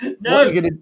No